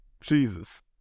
Jesus